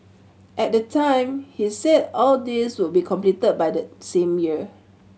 at the time he said all these would be completed by that same year